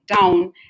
down